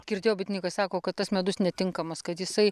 girdėjau bitininkai sako kad tas medus netinkamas kad jisai